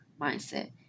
mindset